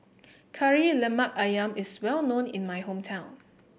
Kari Lemak ayam is well known in my hometown